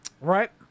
right